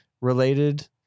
related